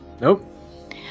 Nope